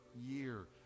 year